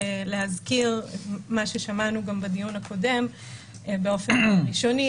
אני רוצה להזכיר את מה ששמענו גם בדיון הקודם באופן ראשוני,